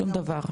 שום דבר.